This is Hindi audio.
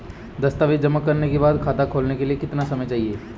दस्तावेज़ जमा करने के बाद खाता खोलने के लिए कितना समय चाहिए?